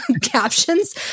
captions